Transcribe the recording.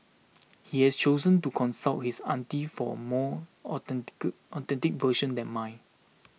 he has chosen to consult his auntie for more authentic version than mine